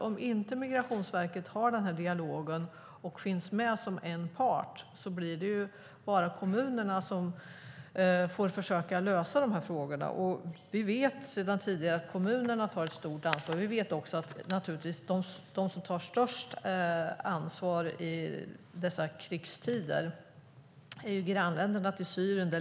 Om Migrationsverket inte har den här dialogen och finns med som en part blir det bara kommunerna som får försöka lösa de här frågorna. Vi vet sedan tidigare att kommunerna tar ett stort ansvar. Vi vet också att de som tar störst ansvar i dessa krigstider är grannländerna till Syrien.